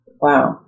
Wow